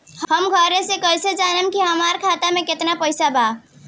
हम घरे से कैसे जानम की हमरा खाता मे केतना पैसा बा?